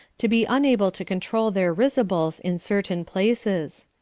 to be unable to control their risibles in certain places.